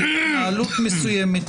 להתנהלות מסוימת,